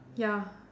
ya